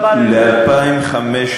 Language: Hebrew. אינו נוכח חברי הכנסת,